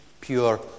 pure